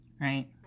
right